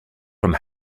from